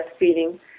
breastfeeding